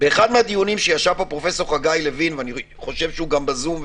שבאחד הדיונים שנכח בהם פרופ' חגי לוין אני חושב שהוא גם בזום,